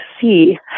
see